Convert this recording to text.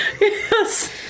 Yes